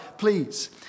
Please